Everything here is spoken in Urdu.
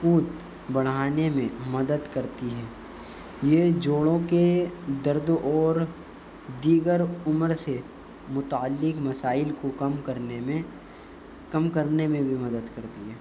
قوت بڑھانے میں مدد کرتی ہے یہ جوڑوں کے درد اور دیگر عمر سے متعلق مسائل کو کم کرنے میں کم کرنے میں بھی مدد کرتی ہے